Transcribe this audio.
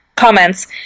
comments